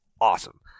awesome